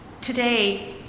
today